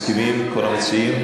מסכימים כל המציעים?